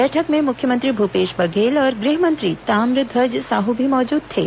बैठक में मुख्यमंत्री भूपेश बघेल और गृहमंत्री ताम्रध्वज साहू भी मौजूद थे